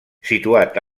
situat